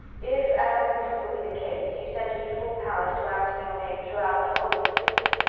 if, as i conclude will be the case, you send me full powers to act in your name throughout the whole of this business,